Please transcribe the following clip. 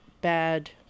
bad